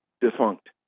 defunct